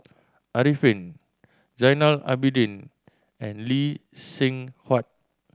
Arifin Zainal Abidin and Lee Seng Huat